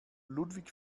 ludwig